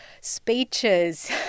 speeches